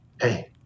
Hey